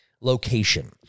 location